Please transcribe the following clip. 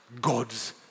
God's